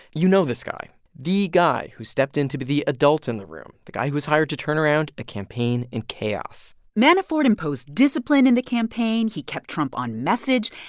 you know this guy the guy who stepped in to be the adult in the room, the guy who was hired to turn around a campaign in chaos manafort imposed discipline in the campaign. he kept trump on message.